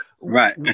Right